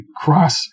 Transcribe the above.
cross